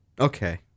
Okay